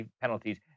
penalties